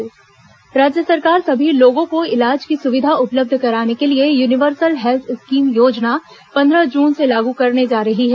universal health scheme राज्य सरकार सभी लोगों को इलाज की सुविधा उपलब्ध कराने के लिए यूनिवर्सल हेल्थ स्कीम योजना पन्द्रह जून से लागू करने जा रही है